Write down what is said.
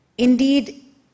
Indeed